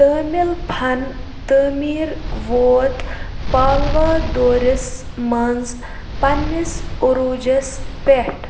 تٲمِل فن تٲمیٖر ووت پالوا دورِس منٛز پنٛنِس عروجس پٮ۪ٹھ